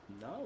no